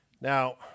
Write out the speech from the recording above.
Now